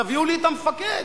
תביאו לי את המפקד.